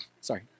Sorry